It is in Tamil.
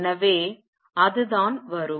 எனவே அதுதான் வரும்